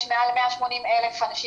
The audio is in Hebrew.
הם לא יכולים לשמוע תמיד את זה בצורה ברורה,